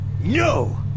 No